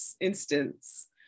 instance